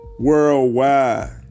worldwide